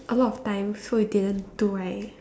a lot of time so you didn't do right